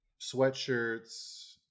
sweatshirts